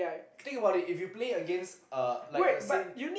think about it if you play against uh like a same